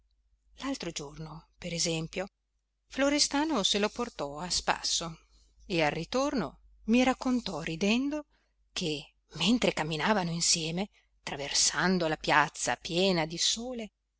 l'altro giorno per esempio florestano se lo portò a spasso e al ritorno mi raccontò ridendo che mentre camminavano insieme traversando la piazza piena di sole